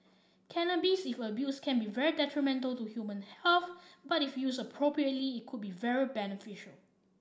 cannabis if abused can be very detrimental to human health but if used appropriately it could be very beneficial